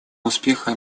успеха